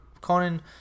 Conan